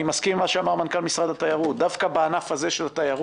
אני מסכים עם מה שאמר מנכ"ל משרד התיירות שדווקא בענף התיירות,